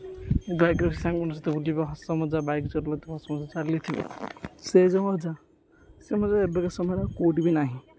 ବାଇକ୍ରେ ବସି ସାଙ୍ଗମାନଙ୍କ ବୁଲିବ ହସ ମଜା ବାଇକ୍ ଚଲଉଥିବ ହସମଜା ଚାଲିଥିବ ସେ ଯେଉଁମଜା ସେ ମଜା ଏବେକା ସମୟରେ କେଉଁଠି ବି ନାହିଁ